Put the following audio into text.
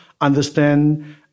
understand